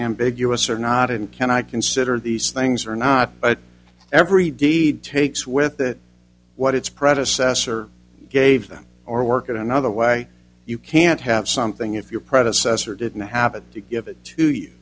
ambiguous or not and can i consider these things or not but every deed takes with it what its predecessor gave them or work it another way you can't have something if your predecessor didn't happen to give it to you